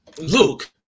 Luke